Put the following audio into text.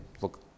look